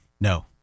No